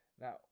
now